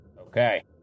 Okay